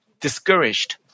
discouraged